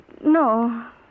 No